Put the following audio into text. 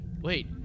wait